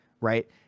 right